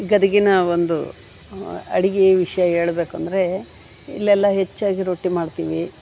ಗದಗಿನ ಒಂದು ಅಡುಗೆ ವಿಷಯ ಹೇಳ್ಬೇಕು ಅಂದ್ರೆ ಇಲ್ಲೆಲ್ಲ ಹೆಚ್ಚಾಗಿ ರೊಟ್ಟಿ ಮಾಡ್ತೀವಿ